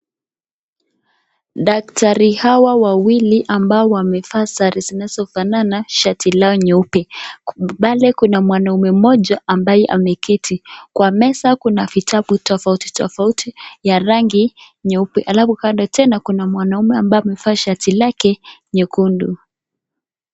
Daktari hawa wawili ambao wamevaa sare zinazofanana shati lao nyeupe, pale kuna mwanaume mmoja ambaye ameketi, kwa meza kuna vitabu tofauti tofauti ya rangi nyeupe alafu kando tena kuna mwanaume ambaye amevaa shati lake nyekundu.